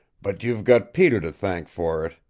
but you've got peter to thank for it.